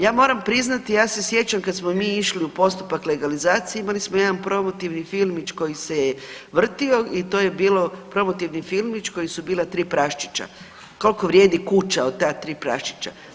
Ja moram priznati ja se sjećam kad smo mi išli u postupak legalizacije imali smo jedan promotivni filmić koji se je vrtio i to je bio promotivni filmić koji su bila tri praščića, koliko vrijedi kuća od ta tri praščića.